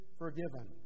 forgiven